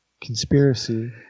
conspiracy